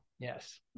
Yes